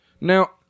Now